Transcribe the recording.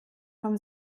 vom